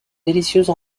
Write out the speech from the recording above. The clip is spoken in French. délicieuse